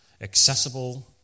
accessible